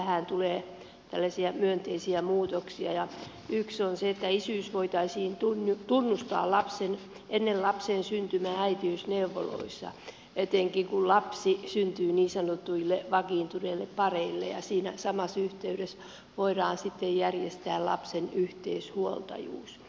tähän tulee tällaisia myönteisiä muutoksia ja yksi on se että isyys voitaisiin tunnustaa ennen lapsen syntymää äitiysneuvolassa etenkin kun lapsi syntyy niin sanotuille vakiintuneille pareille ja siinä samassa yhteydessä voidaan sitten järjestää lapsen yhteishuoltajuus